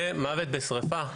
ומוות בשריפה,